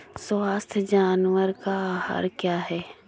स्वस्थ जानवर का आहार क्या है?